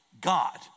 God